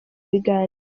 biganiro